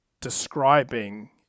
describing